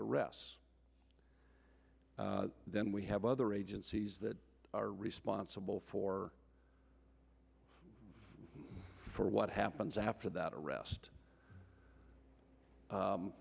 arrests then we have other agencies that are responsible for for what happens after that arrest